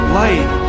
light